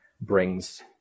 brings